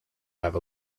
have